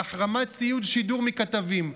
להחרמת ציוד שידור מכתבים,